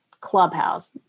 clubhouse